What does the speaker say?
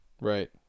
Right